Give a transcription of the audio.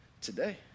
today